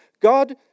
God